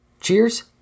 Cheers